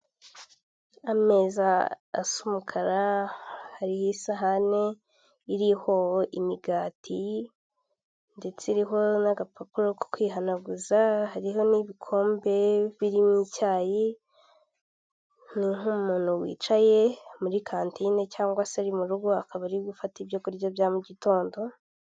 Umugabo wambaye ingofero y'ubururu amadarubindi, uri guseka wambaye umupira wumweru ndetse ufite mudasobwa mu ntoki ze. Ari ku gapapuro k'ubururu kandidikishijweho amagambo yumweru ndetse n'ayumuhondo yanditswe mu kirimi cyamahanga cyicyongereza.